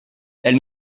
elle